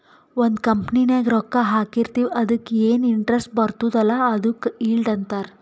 ಒಂದ್ ಕಂಪನಿದಾಗ್ ರೊಕ್ಕಾ ಹಾಕಿರ್ತಿವ್ ಅದುಕ್ಕ ಎನ್ ಇಂಟ್ರೆಸ್ಟ್ ಬರ್ತುದ್ ಅಲ್ಲಾ ಅದುಕ್ ಈಲ್ಡ್ ಅಂತಾರ್